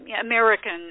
American